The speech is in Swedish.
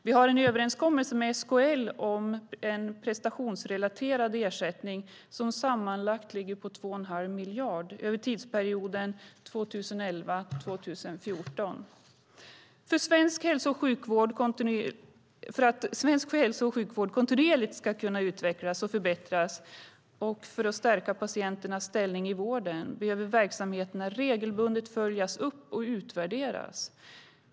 Vi har en överenskommelse med SKL om en prestationsrelaterad ersättning som sammanlagt ligger på 2,5 miljarder över tidsperioden 2011-2014. För att svensk hälso och sjukvård kontinuerligt ska kunna utvecklas och förbättras och för att stärka patienternas ställning i vården behöver verksamheterna regelbundet följas upp och utvärderas.